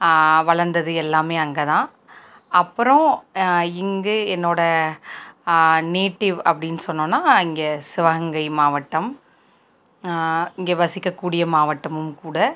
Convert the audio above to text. வளர்ந்தது எல்லாமே அங்கே தான் அப்புறம் இங்கு என்னோட நேட்டிவ் அப்படின்னு சொன்னோம்னா இங்கே சிவகங்கை மாவட்டம் இங்கே வசிக்கக்கூடிய மாவட்டமும் கூட